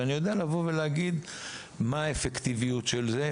ואני יודע לבוא ולהגיד מה האפקטיביות של זה,